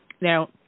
Now